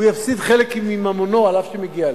ההוא יפסיד חלק מממונו אף שהוא מגיע לו.